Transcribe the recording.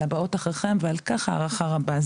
לבאות אחריכן ועל כך הערכה רבה.